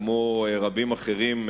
כמו רבים אחרים,